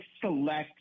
select